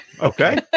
Okay